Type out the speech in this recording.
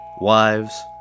wives